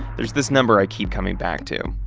there's this number i keep coming back to,